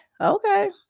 Okay